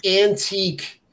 antique –